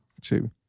two